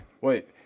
Wait